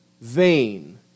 vain